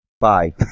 Bye